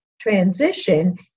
transition